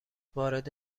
وارد